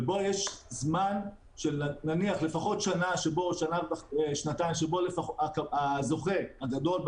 שבו יש זמן של לפחות שנה-שנתיים שבו הזוכה הגדול,